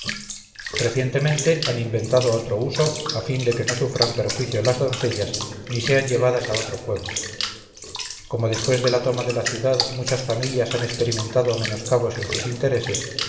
recientemente han inventado otro uso a fin de que no sufran perjuicio las doncellas ni sean llevadas a otro pueblo como después de la toma de la ciudad muchas familias han experimentado menoscabos en sus intereses